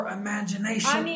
imagination